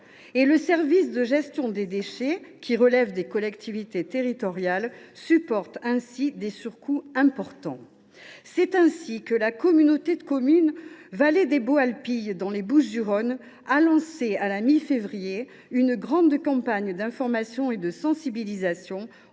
Et le service de gestion des déchets, qui relève des collectivités territoriales, supporte alors des surcoûts importants. C’est ainsi qu’à la mi février la communauté de communes Vallée des Baux Alpilles, dans les Bouches du Rhône, a lancé une grande campagne d’information et de sensibilisation,